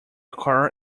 car